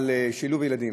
על שילוב ילדים,